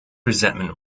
resentment